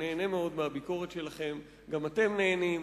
והוא נהנה מאוד מהביקורת שלכם וגם אתם נהנים.